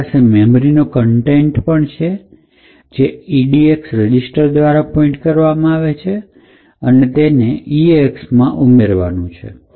આપણી પાસે મેમરીનો કન્ટેન્ટ પણ છે કે જે edx દ્વારા પોઇન્ટ કરવામાં આવે છે અને તેને eax માં ઉમેરવાનું છે